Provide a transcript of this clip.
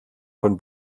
von